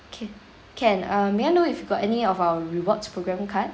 can can uh may I know if you got any of our rewards program card